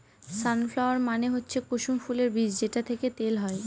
সান flower মানে হচ্ছে কুসুম ফুলের বীজ যেটা থেকে তেল হয়